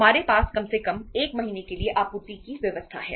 हमारे पास कम से कम 1 महीने के लिए आपूर्ति की व्यवस्था है